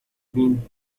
been